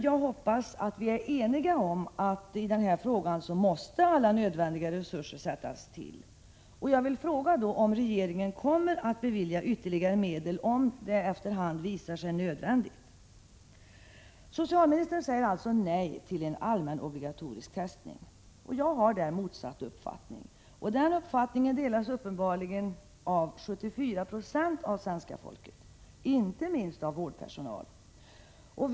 Jag hoppas dock att vi är eniga om att alla nödvändiga resurser måste sättas in i detta fall och vill därför fråga om regeringen kommer att bevilja ytterligare medel, om detta efter hand visar sig nödvändigt. 3. Socialministern säger nej till allmän obligatorisk testning. I den frågan har jag motsatt uppfattning. Den uppfattningen delas uppenbarligen av 74 6 av svenska folket. Inte minst vårdpersonalen har samma uppfattning.